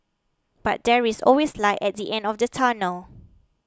but there is always light at the end of the tunnel